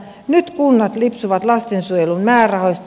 nyt kunnat lipsuvat lastensuojelun määrärahoista